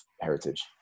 heritage